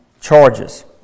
charges